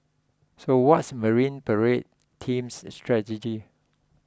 so what's Marine Parade team's strategy